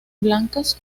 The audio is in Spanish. blancas